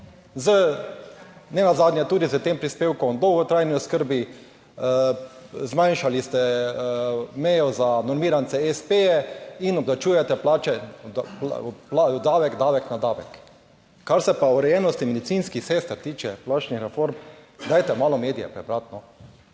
z, nenazadnje tudi s tem prispevkom o dolgotrajni oskrbi, zmanjšali ste mejo za normirance s. p-je in obdavčujete plače, davek, davek na davek. Kar se pa urejenosti medicinskih sester tiče, plačnih reform, dajte malo medije prebrati.